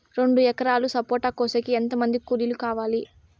రెండు ఎకరాలు సపోట కోసేకి ఎంత మంది కూలీలు కావాలి?